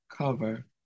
cover